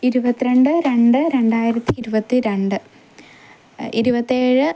ഇരുപത്തി രണ്ട് രണ്ട് രണ്ടായിരത്തി ഇരുപത്തി രണ്ട് ഇരുപത്തേഴ്